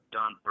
Don